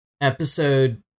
Episode